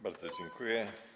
Bardzo dziękuję.